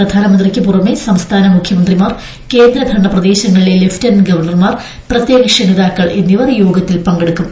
പ്രധാനമന്തിക്ക് പുറമേ സംസ്ഥാന മുഖ്യമന്ത്രിമാർ കേന്ദ്ര ഭരണ പ്രദേശങ്ങളിലെ ലെഫ്റ്റനന്റ് ഗവർണർമാർ പ്രത്യേക ക്ഷണിതാക്കൾ എന്നിവർ യോഗത്തിൽ പങ്കെടുക്കും